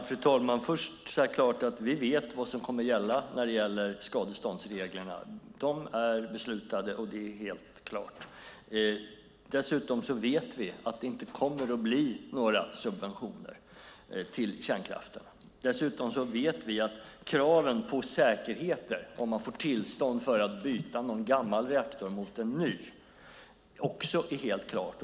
Fru talman! Vi vet vad som kommer att gälla när det gäller skadeståndsreglerna. De är beslutade. Dessutom vet vi att det inte kommer att bli några subventioner till kärnkraften. Vi vet att kraven på säkerheter, om man får tillstånd att byta en gammal reaktor mot en ny, också är helt klara.